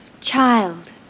child